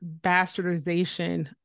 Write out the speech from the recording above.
bastardization